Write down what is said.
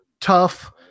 tough